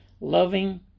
loving